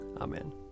Amen